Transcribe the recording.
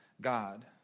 God